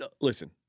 Listen